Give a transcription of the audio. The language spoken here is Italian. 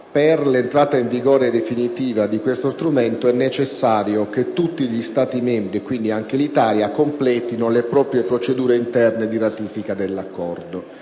per l'entrata in vigore definitiva di questo strumento è necessario che tutti gli Stati membri, compresa l'Italia, completino le proprie procedure interne di ratifica dell'Accordo.